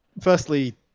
firstly